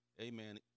Amen